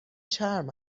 چرم